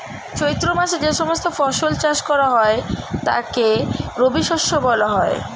চৈত্র মাসে যে সমস্ত ফসল চাষ করা হয় তাকে রবিশস্য বলা হয়